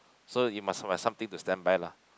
so you must must something to standby lah